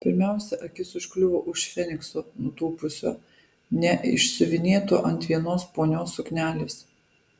pirmiausia akis užkliuvo už fenikso nutūpusio ne išsiuvinėto ant vienos ponios suknelės